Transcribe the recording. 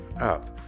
up